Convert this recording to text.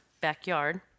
backyard